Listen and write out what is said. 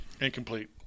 incomplete